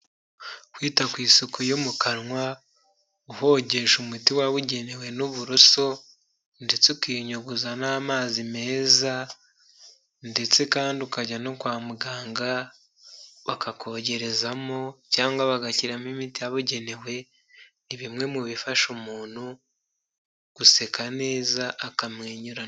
Kwita ku isuku yo mu kanwa, uhogesha umuti wa ugenewe n'uburoso ndetse ukinyuguza n'amazi meza, ndetse kandi ukajya no kwa muganga bakakogerezamo cyangwa bagashyiramo imiti yabugenewe, ni bimwe mu bifasha umuntu guseka neza akamwenyura.